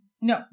No